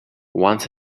once